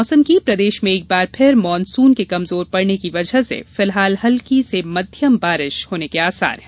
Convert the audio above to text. मौसम प्रदेश में एक बार फिर मानसून के कमजोर पड़ने की वजह से फिलहाल हल्की से मध्यम बारिश होने के आसार है